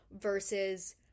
versus